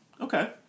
Okay